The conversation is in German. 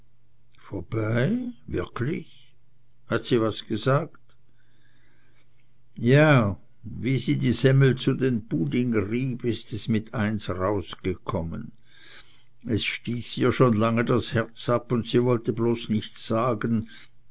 wirklich hat sie was gesagt ja wie sie die semmel zu den pudding rieb ist es mit eins rausgekommen es stieß ihr schon lange das herz ab und sie wollte bloß nichts sagen